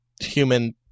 human